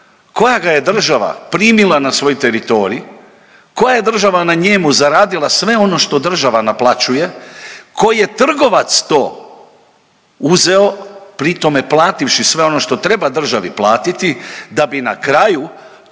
koja ga je država primila na svoj teritorij, koja je država na njemu zaradila sve ono što država naplaćuje, koji je trgovac to uzeo pritome plativši sve ono što treba državi platiti da bi na kraju